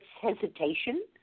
hesitation